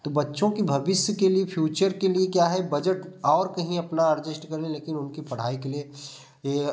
तो बच्चों के भविष्य के लिए फ़्यूचर के लिए क्या है बजट और कहीं अपना अडजश्ट कर लें लेकिन उनकी पढ़ाई के लिए यह